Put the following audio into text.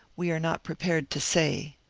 we are not prepared to say.